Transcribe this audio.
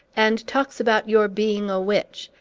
and talks about your being a witch,